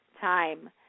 time